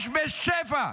יש בשפע.